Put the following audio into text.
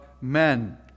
men